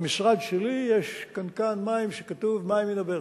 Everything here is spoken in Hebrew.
במשרד שלי יש קנקן מים שכתוב עליו: מים מן הברז.